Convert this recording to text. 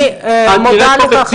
אני מודה לך,